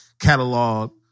catalog